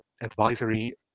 advisory